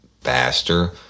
faster